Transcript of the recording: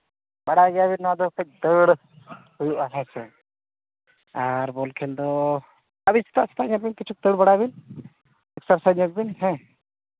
ᱵᱟᱲᱟᱭ ᱜᱮᱭᱟᱵᱤᱱ ᱱᱚᱣᱟᱫᱚ ᱠᱟᱹᱡ ᱫᱟᱹᱲ ᱦᱩᱭᱩᱜᱼᱟ ᱦᱮᱸ ᱥᱮ ᱟᱨ ᱵᱚᱞ ᱠᱷᱮᱞ ᱫᱚ ᱟᱹᱵᱤᱱ ᱥᱮᱛᱟᱜ ᱥᱮᱛᱟᱜ ᱠᱤᱪᱷᱩ ᱫᱟᱹᱲ ᱵᱟᱲᱟᱭ ᱵᱤᱱ ᱮᱹᱠᱥᱟᱨᱥᱟᱭᱤᱡᱽ ᱧᱚᱜ ᱵᱤᱱ ᱦᱮᱸ